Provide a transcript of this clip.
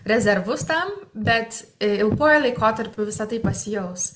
rezervus tam bet ilguoju laikotarpiu visa tai pasijaus